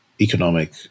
economic